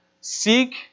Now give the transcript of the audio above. seek